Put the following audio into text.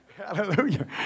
hallelujah